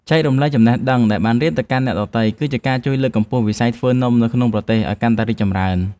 ចែករំលែកចំណេះដឹងដែលបានរៀនទៅកាន់អ្នកដទៃ គឺជាការជួយលើកកម្ពស់វិស័យធ្វើនំនៅក្នុងប្រទេសឱ្យកាន់តែរីកចម្រើន។